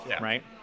right